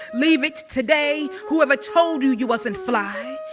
leave it today. whoever told you you wasn't fly?